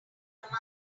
among